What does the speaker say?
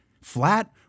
flat